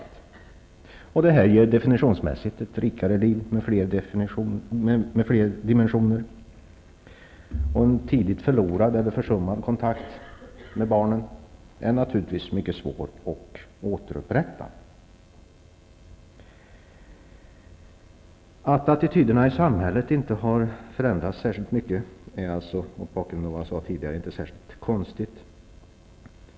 Ett sådant ansvarstagande ger definitionsmässigt ett rikare liv, med fler dimensioner. En tidigt förlorad eller försummad kontakt med barnen är naturligtvis mycket svår att återupprätta. Att attityderna i samhället inte har förändrats särskilt mycket är alltså mot bakgrunden av vad jag sade tidigare inte så konstigt.